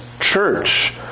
church